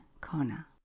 Kona